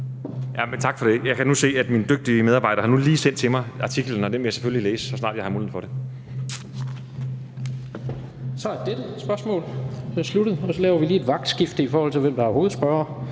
Tak for det. Jeg kan se, at min dygtige medarbejder nu lige har sendt mig artiklen, og den vil jeg selvfølgelig læse, så snart jeg har mulighed for det. Kl. 16:18 Tredje næstformand (Jens Rohde): Så er dette spørgsmål sluttet. Og så laver vi lige et vagtskifte, i forhold til hvem der er hovedspørger.